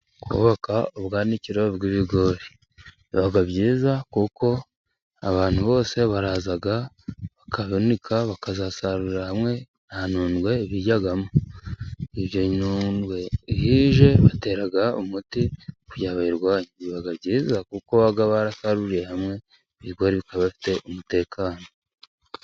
Kubaka ubwanikiro bw'ibigori, biba byiza kuko abantu bose baraza bakanika bakazasarurira hamwe, nta nundwe ibijyamo iyo nundwe iyo ije batera umuti kugira ngo bayirwanye, biba byiza kuko baba barahunikiye hamwe ibigori bikaba bifite umutekano.